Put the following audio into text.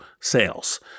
sales